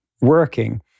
working